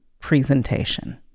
presentation